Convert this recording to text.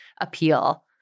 appeal